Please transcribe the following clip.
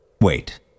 Wait